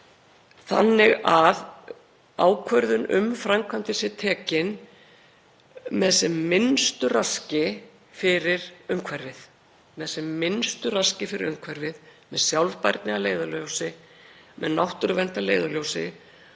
þannig að ákvörðun um framkvæmdir sé tekin með sem minnstu raski fyrir umhverfið, með sjálfbærni að leiðarljósi, með náttúruvernd að leiðarljósi